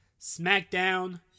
SmackDown